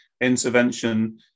Intervention